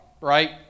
right